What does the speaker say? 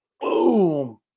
boom